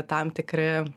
tam tikri